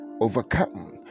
overcome